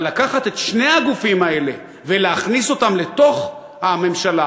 אבל לקחת את שני הגופים האלה ולהכניס אותם לתוך הממשלה,